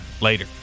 later